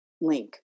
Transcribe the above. link